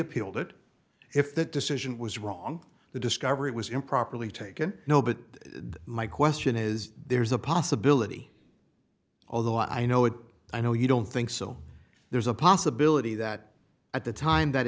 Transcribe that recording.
appealed it if that decision was wrong the discovery was improperly taken no but my question is there's a possibility although i know what i know you don't think so there's a possibility that at the time that